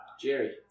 Jerry